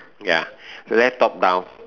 ya left top down